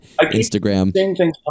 Instagram